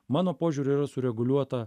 mano požiūriu yra sureguliuota